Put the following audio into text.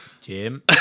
jim